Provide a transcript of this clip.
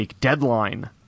deadline